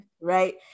right